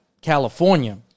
California